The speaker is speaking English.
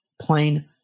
Plain